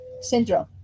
Syndrome